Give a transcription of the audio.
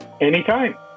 Anytime